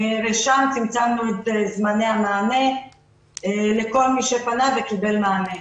לשם צמצמנו את זמני המענה לכל מי שפנה והוא קיבל מענה.